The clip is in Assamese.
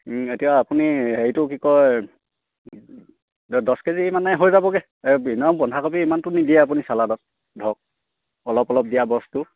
এতিয়া আপুনি হেৰিটো কি কয় দহ কেজি মানে হৈ যাবগৈ নহয় বন্ধাকবি ইমানটো নিদিয়ে আপুনি চালাদত ধৰক অলপ অলপ দিয়া বস্তু